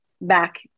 back